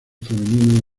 femenino